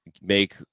make